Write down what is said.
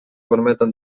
permeten